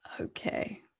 okay